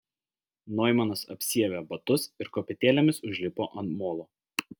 noimanas apsiavė batus ir kopėtėlėmis užlipo ant molo